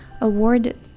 awarded